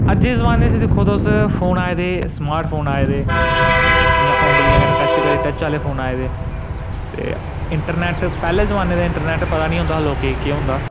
खाल्ली